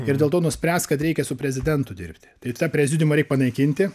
ir dėl to nuspręs kad reikia su prezidentu dirbti tai tą prezidiumą reik panaikinti